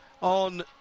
on